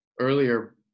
earlier